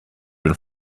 been